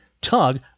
Tug